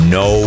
no